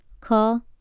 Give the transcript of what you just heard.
Call